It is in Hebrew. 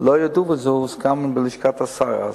לא ידעו, וזה הוסכם בלשכת השר אז,